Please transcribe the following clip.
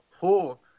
pool